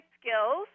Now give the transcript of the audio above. skills